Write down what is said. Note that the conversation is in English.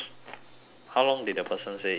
how long did the person say it will take